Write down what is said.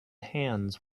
hands